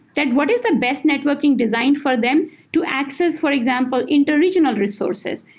that what is the best networking design for them to access, for example, interregional resources?